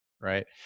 Right